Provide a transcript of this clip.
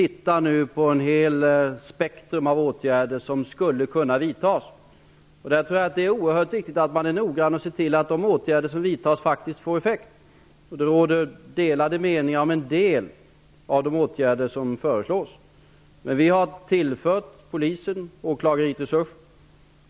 Vi ser nu på ett helt spektrum av åtgärder som skulle kunna vidtas. Det är oerhört viktigt att man är noggrann och ser till att de åtgärder som vidtas faktiskt får effekt. Det råder delade meningar om en del av de åtgärder som föreslås. Men vi har tillfört Polisen och åklagarmyndigheterna resurser.